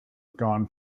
gone